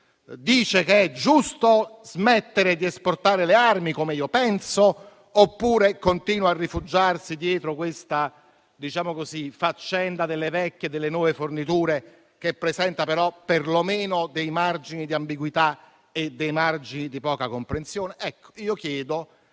Dice che è giusto smettere di esportare le armi, come io penso, oppure continua a rifugiarsi dietro questa "faccenda" delle vecchie e delle nuove forniture, che presenta, però, perlomeno dei margini di ambiguità e di poca comprensione? Chiedo